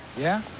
yeah?